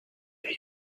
that